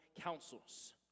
counsels